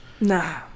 Nah